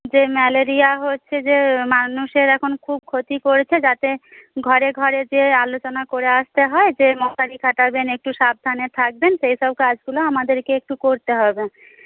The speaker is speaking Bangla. যে ম্যালেরিয়া হচ্ছে যে মানুষের এখন খুব ক্ষতি করেছে যাতে ঘরে ঘরে গিয়ে আলোচনা করে আসতে হয় যে মশারি খাটাবেন একটু সাবধানে থাকবেন সেই সব কাজগুলো আমাদেরকে একটু করতে হবে